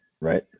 Right